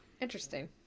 Interesting